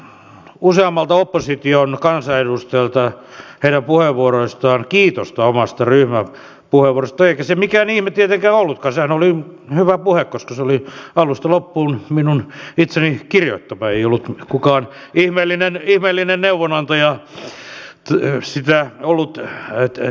olen saanut useammalta opposition kansanedustajalta heidän puheenvuoroissaan kiitosta omasta ryhmäpuheenvuorostani eikä se mikään ihme tietenkään olekaan sehän oli hyvä puhe koska se oli alusta loppuun minun itseni kirjoittama ei ollut kukaan ihmeellinen neuvonantaja sitä tekemässä